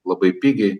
labai pigiai